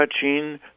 Touching